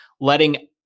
letting